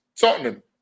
Tottenham